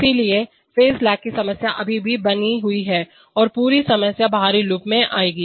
इसलिए phase leg की समस्या अभी भी बनी हुई है और पूरी समस्या बाहरी लूप में आएगी